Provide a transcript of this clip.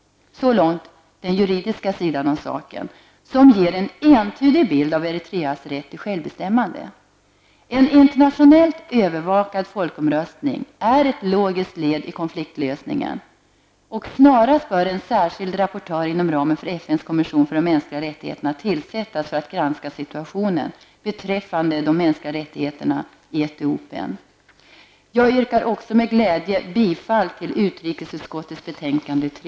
Så långt den juridiska sidan av saken, som ger en entydig bild av Eritreas rätt till självbestämmande. En internationellt övervakad folkomröstning är ett logiskt led i konfliktlösningen. Snarast bör en särskild rapportör inom ramen för FNs kommission för de mänskliga rättigheterna tillsättas för att granska situationen beträffande de mänskliga rättigheterna i Etiopien. Jag yrkar med glädje bifall till hemställan i utrikesutskottets betänkande UU3.